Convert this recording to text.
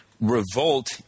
revolt